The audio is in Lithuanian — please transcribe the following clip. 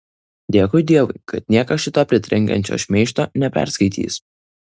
dėkui dievui kad niekas šito pritrenkiančio šmeižto neperskaitys